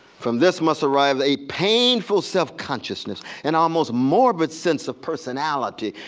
from this must arrive a painful self-consciousness, an almost morbid sense of personality,